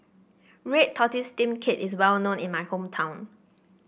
Red Tortoise Steamed Cake is well known in my hometown